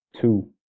two